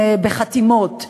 להצביע על הדברים.